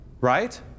Right